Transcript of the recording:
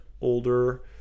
older